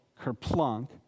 kerplunk